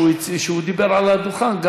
שדיבר על הדוכן.